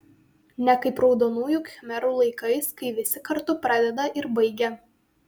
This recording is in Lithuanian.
ne kaip raudonųjų khmerų laikais kai visi kartu pradeda ir baigia